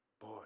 boy